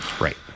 Right